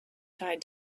tied